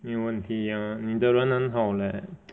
没有问题 ah 你的人很好 leh